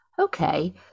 Okay